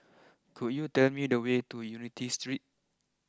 could you tell me the way to Unity Street